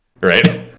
right